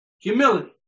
Humility